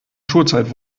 schulzeit